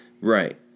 Right